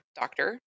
doctor